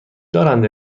دارند